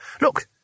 Look